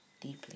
deeply